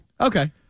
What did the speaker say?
Okay